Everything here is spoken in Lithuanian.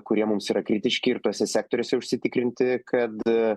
kurie mums yra kritiški ir tuose sektoriuose užsitikrinti kad